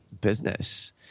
business